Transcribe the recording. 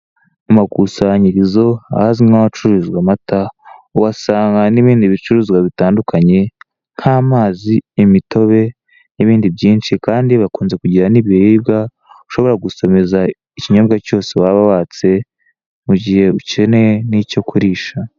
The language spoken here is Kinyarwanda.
Ku makusanyirizo, ahazwi nk'ahacururizwa amata, uhasanga n'ibindi bicuruzwa bitandukanye nk'amazi, imitobe n'ibindi byinshi, kandi bakunze kugira n'ibiribwa ushobora gusomeza ikinyobwa cyose waba watse mu gihe ukeneye n'icyo kurisha.